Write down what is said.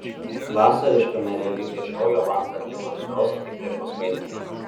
vasariškame realybės šou jolanta atliko tikros akiplėšos vaidmenį